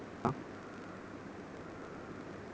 Non banking అంటే bank కి పోయే పని లేదా?